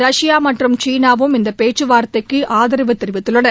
Russia மற்றும் சீனாவும் இந்த பேச்சவாா்த்தைக்கு ஆதரவு தெரிவித்துள்ளன